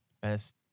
Best